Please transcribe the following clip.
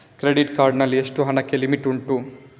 Credit card ನಲ್ಲಿ ಎಷ್ಟು ಹಣಕ್ಕೆ ಲಿಮಿಟ್ ಉಂಟು?